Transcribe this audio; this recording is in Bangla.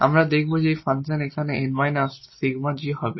আমরা দেখাবো যে এই ফাংশন এখানে 𝑁 𝜕𝑔 হবে